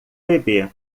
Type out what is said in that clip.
bebê